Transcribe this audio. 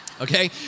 Okay